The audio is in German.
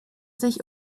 sich